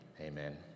Amen